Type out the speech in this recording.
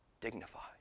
dignified